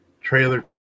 trailer